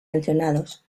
mencionados